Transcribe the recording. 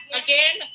again